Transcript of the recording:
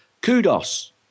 kudos